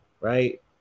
right